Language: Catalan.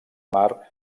mar